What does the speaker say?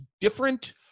different